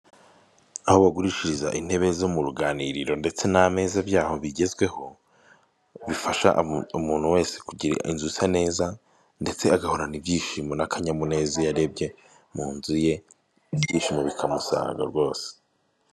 Aho bagurishiriza intebe zo mu ruganiriro ndetse n'amezaza byaho bigezweho bifasha umuntu wese kugira inzu isa neza ndetse agahorana ibyishimo n'akanyamuneza yareba mu nzu ye ibyishimo bikamusanga rwose .